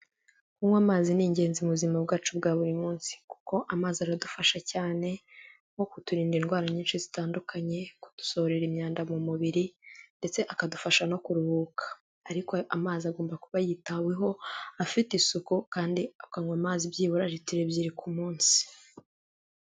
Kunywa amazi ni ingenzi mu buzima bwacu bwa buri munsi. Kuko amazi aradufasha cyane, nko kuturinda indwara nyinshi zitandukanye, kudusohorera imyanda mu mubiri, ndetse akadufasha no kuruhuka. Ariko amazi agomba kuba yitaweho, afite isuku kandi ukanywa amazi byibura litiro ebyiri ku munsi.